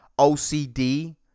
OCD